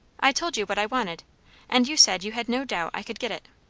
i told you what i wanted and you said you had no doubt i could get it.